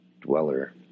dweller